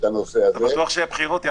עצמי.